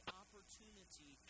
opportunity